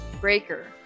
Breaker